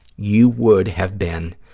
you would have been,